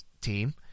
team